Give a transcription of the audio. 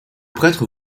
prêtre